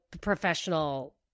professional